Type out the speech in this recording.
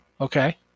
Okay